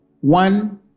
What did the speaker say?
One